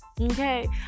Okay